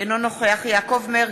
אינו נוכח יעקב מרגי,